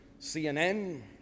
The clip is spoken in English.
CNN